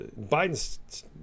Biden's